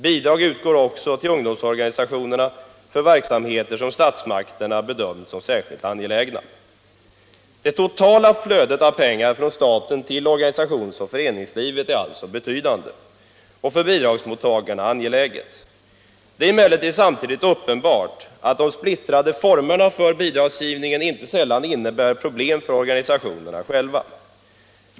Bidrag utgår också till ungdomsorganisationerna för verksamheter som statsmakterna bedömt som särskilt angelägna. Det totala flödet av pengar från staten till organisations och föreningslivet är alltså betydande och för bidragsmottagarna angeläget. Det är emellertid samtidigt uppenbart att de splittrade formerna för bidragsgivningen inte sällan innebär problem för organisationerna.